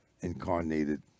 incarnated